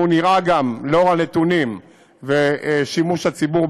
והוא גם נראה לאור הנתונים ושימוש הציבור.